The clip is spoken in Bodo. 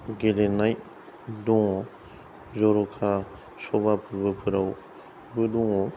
गेलेनाय दङ जरखा सबा फोरबोफोरावबो दङ